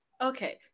Okay